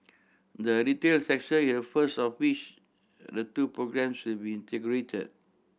the retail in her first of which the two programmes will be integrated